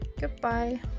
Goodbye